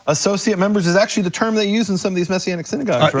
associate members is actually the term they use in some of these messianic synagogues, right?